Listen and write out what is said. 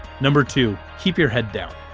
number two keep your head down.